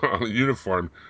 uniform